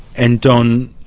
and don,